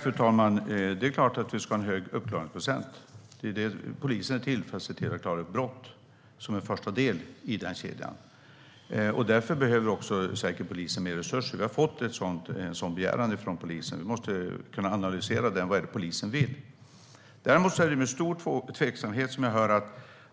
Fru talman! Det är klart att det ska vara en hög uppklaringsprocent. Polisen ska klara upp brott, som en första del i den kedjan. Därför behöver också polisen mer resurser. Vi har fått en sådan begäran från polisen. Nu analyserar vi vad polisen vill. Däremot ställer jag mig tveksam till